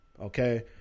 okay